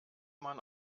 man